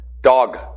dog